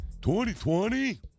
2020